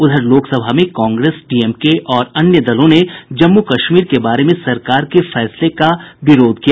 उधर लोकसभा में कांग्रेस डीएमके और अन्य दलों ने जम्मू कश्मीर के बारे में सरकार के फैसले पर विरोध प्रकट किया